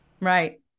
Right